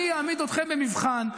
אני אעמיד אתכם במבחן.